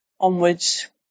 onwards